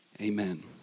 Amen